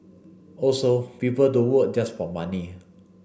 also people don't work just for money